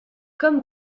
comme